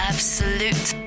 Absolute